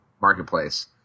marketplace